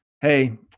Hey